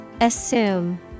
Assume